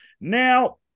Now